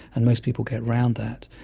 and most people get around that.